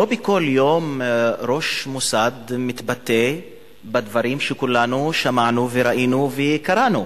לא בכל יום ראש מוסד מתבטא בדברים שכולנו שמענו וראינו וקראנו.